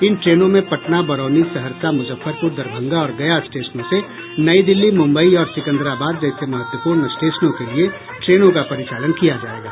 इन ट्रेनों में पटना बरौनी सहरसा मूजफ्फरपूर दरभंगा और गया स्टेशनों से नई दिल्ली मुम्बई और सिकंदराबाद जैसे महत्वपूर्ण स्टेशनों के लिए ट्रेनों का परिचालन किया जायेगा